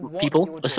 people